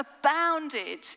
abounded